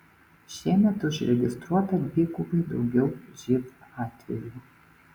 šiemet užregistruota dvigubai daugiau živ atvejų